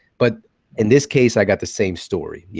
but in this case, i got the same story. yeah